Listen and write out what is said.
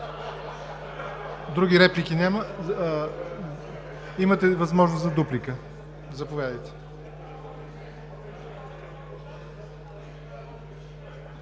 Други реплики? Няма. Имате възможност за дуплика. Заповядайте,